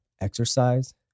exercise